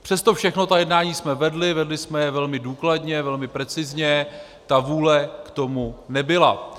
Přes to všechno, ta jednání jsme vedli, vedli jsme je velmi důkladně, velmi precizně, ta vůle k tomu nebyla.